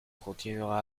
continuera